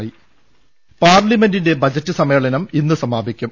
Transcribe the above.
ൾ ൽ ൾ പാർലമെന്റിന്റെ ബജറ്റ് സമ്മേളനം ഇന്ന് സമാപിക്കും